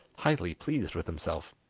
highly pleased with himself.